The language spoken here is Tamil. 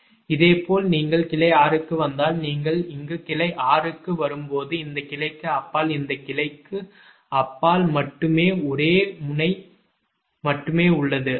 இதேபோல் நீங்கள் கிளை 6 க்கு வந்தால் நீங்கள் இங்கு கிளை 6 க்கு வரும்போது இந்த கிளைக்கு அப்பால் இந்த கிளைக்கு அப்பால் மட்டும் 1 முனை மட்டுமே உள்ளது 6